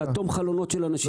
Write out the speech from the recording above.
לאטום חלונות של אנשים.